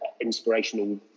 inspirational